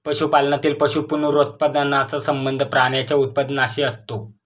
पशुपालनातील पशु पुनरुत्पादनाचा संबंध प्राण्यांच्या उत्पादनाशी असतो